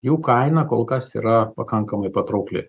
jų kaina kol kas yra pakankamai patraukli